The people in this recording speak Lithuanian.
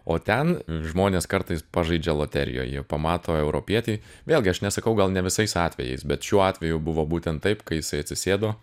o ten žmonės kartais pažaidžia loterijoj jie pamato europietį vėlgi aš nesakau gal ne visais atvejais bet šiuo atveju buvo būten taip kai jisai atsisėdo